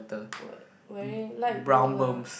wear wearing light blue ah